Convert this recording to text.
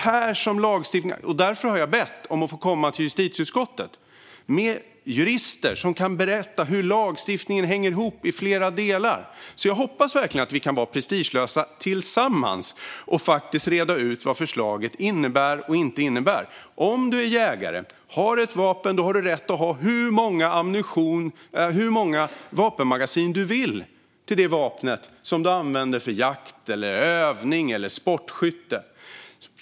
Jag har bett att få komma till justitieutskottet med jurister som kan berätta hur lagstiftningen hänger ihop i flera delar. Jag hoppas verkligen att vi kan vara prestigelösa tillsammans och reda ut vad förslaget faktiskt innebär och inte innebär. Om du är jägare och har ett vapen har du rätt att ha hur många vapenmagasin du vill till det vapen som du använder till jakt, övning eller sportskytte.